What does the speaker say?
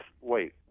wait